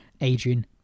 Adrian